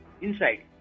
inside